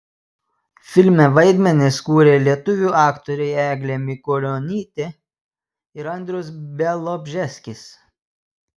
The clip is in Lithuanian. filme vaidmenis kūrė lietuvių aktoriai eglė mikulionytė ir andrius bialobžeskis